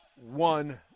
one